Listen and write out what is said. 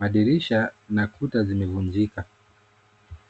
Madirisha na kuta zimevunjika.